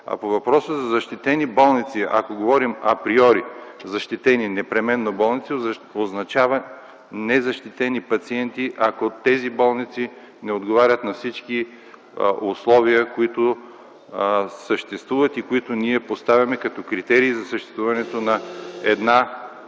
А по въпроса за защитени болници, ако говорим априори защитени непременно болници, означава незащитени пациенти, ако тези болници не отговарят на всички условия, които съществуват и които поставяме като критерии за съществуването на една